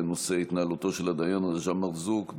בנושא התנהלותו של הדיין רג'א מרזוק,